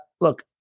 Look